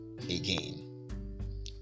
Again